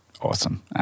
awesome